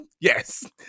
yes